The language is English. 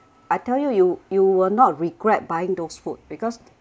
I tell you you you will not regret buying those food because